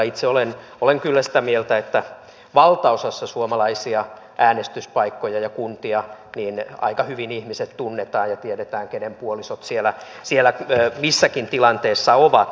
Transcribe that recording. itse olen kyllä sitä mieltä että valtaosassa suomalaisia äänestyspaikkoja ja kuntia aika hyvin ihmiset tunnetaan ja tiedetään kenen puolisot siellä missäkin tilanteessa ovat